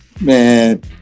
Man